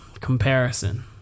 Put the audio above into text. comparison